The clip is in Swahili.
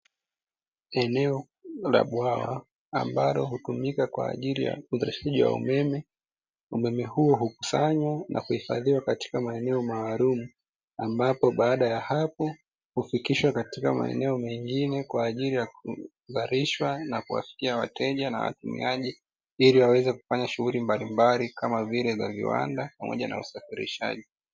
Eneo la bwawa ambalo hutumika kwa ajili ya uzalishaji wa umeme umeme huo haukusanywa Kuhifadhiwa katika maeneo maalumu ambapo baada ya hapo hufikishwa katika maeneo mengine kwa ajili ya kubadilishwa na kuwafikia wateja na watumiaji ili waweze kufanya shughuli mbalimbali za viwanda pamoja na usafirishaji .